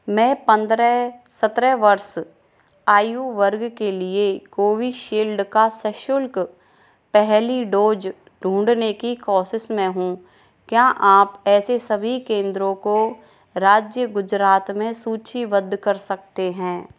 मैं पंद्रह सत्रह वर्ष आयु वर्ग के लिए कोवीशील्ड का सशुल्क पहली डोज ढूँढने की कोशिश में हूँ क्या आप ऐसे सभी केंद्रों को राज्य गुजरात में सूचीबद्ध कर सकते हैं